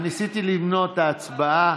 ניסיתי למנוע את ההצבעה.